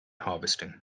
harvesting